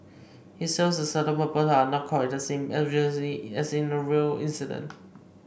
it serves a certain purpose are not quite the same obviously as in a real incident